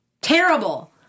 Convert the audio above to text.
Terrible